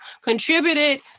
contributed